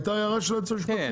הייתה הערה של היועץ המשפטי.